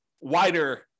wider